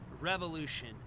revolution